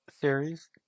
series